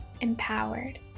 empowered